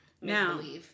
Now